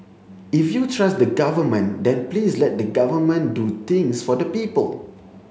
if you trust the Government then please let the Government do things for the people